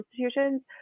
institutions